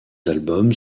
albums